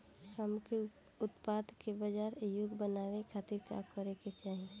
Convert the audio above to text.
हमके उत्पाद के बाजार योग्य बनावे खातिर का करे के चाहीं?